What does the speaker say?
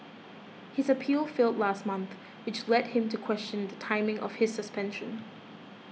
his appeal failed last month which led him to question the timing of his suspension